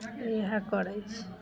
इएह करैत छी